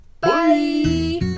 Bye